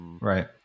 Right